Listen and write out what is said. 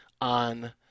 on